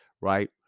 Right